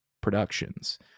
productions